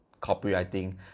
copywriting